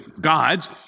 gods